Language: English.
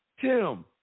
Tim